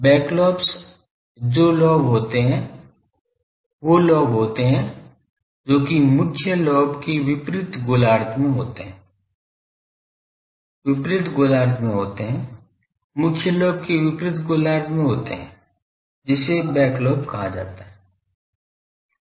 back lobes वो lobe होते हैं जो कि मुख्य लॉब के विपरीत गोलार्ध में होते हैं विपरीत गोलार्ध में होते हैं मुख्य लोब के विपरीत गोलार्ध में होते हैं जिसे बैक लोब कहा जाता है